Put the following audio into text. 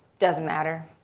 doesn't matter.